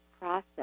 process